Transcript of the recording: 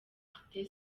martin